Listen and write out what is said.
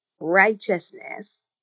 righteousness